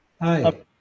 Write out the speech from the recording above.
hi